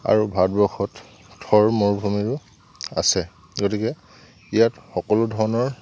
আৰু ভাৰতবৰ্ষত থৰ মৰুভূমিও আছে গতিকে ইয়াত সকলো ধৰণৰ